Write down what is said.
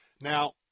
Now